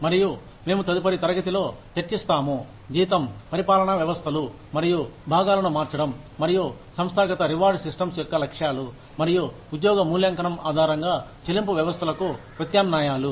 మరియు మేము తదుపరి తరగతిలో చర్చిస్తాము జీతం పరిపాలనా వ్యవస్థలు మరియు భాగాలను మార్చడం మరియు సంస్థాగత రివార్డ్ సిస్టమ్స్ యొక్క లక్ష్యాలు మరియు ఉద్యోగ మూల్యాంకనం ఆధారంగా చెల్లింపు వ్యవస్థలకు ప్రత్యామ్నాయాలు